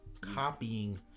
copying